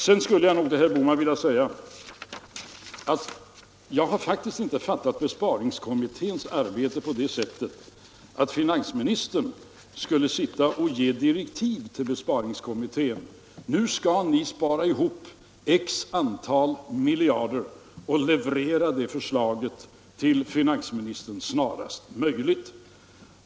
Sedan skulle jag vilja säga till herr Bohman att jag faktiskt inte fattat besparingskommitténs arbete på det sättet att finansministern skulle sitta och ge direktiv till kommittén: Nu skall ni spara ihop x miljarder kronor och leverera ett förslag till finansministern snarast möjligt!